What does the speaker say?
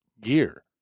gear